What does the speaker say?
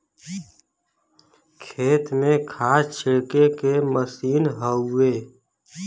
खेत में खाद छिड़के के मसीन हउवे